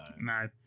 No